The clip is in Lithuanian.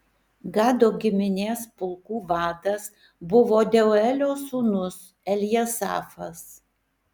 gado giminės pulkų vadas buvo deuelio sūnus eljasafas